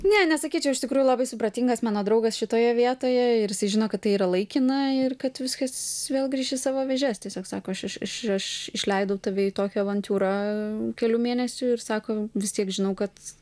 ne nesakyčiau iš tikrųjų labai supratingas mano draugas šitoje vietoje ir jisai žino kad tai yra laikina ir kad viskas vėl grįš į savo vėžes tiesiog sako aš aš aš aš išleidau tave į tokią avantiūrą kelių mėnesių ir sako vis tiek žinau kad